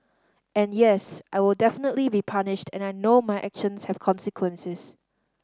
and yes I will definitely be punished and I know my actions have consequences